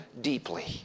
deeply